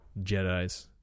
Jedis